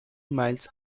miles